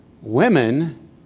Women